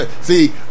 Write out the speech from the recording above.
See